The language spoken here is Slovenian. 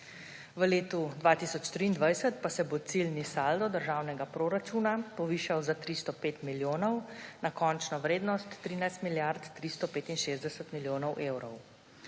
v letu 2023 pa se bo ciljni saldo državnega proračuna povišal za 305 milijonov, na končno vrednost 13 milijard 365 milijonov evrov.